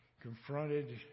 confronted